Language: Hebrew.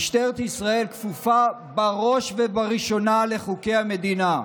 משטרת ישראל כפופה, בראש ובראשונה, לחוקי המדינה.